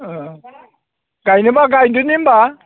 गायनोब्ला गायदिनि होनब्ला